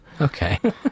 okay